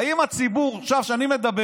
האם הציבור, עכשיו, כשאני מדבר,